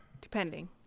Depending